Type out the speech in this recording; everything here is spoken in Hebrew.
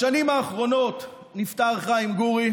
בשנים האחרונות נפטר חיים גורי,